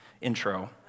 intro